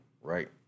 right